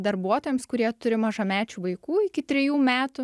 darbuotojams kurie turi mažamečių vaikų iki trijų metų